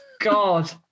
God